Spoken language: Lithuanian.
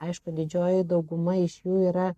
aišku didžioji dauguma iš jų yra